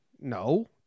no